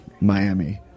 Miami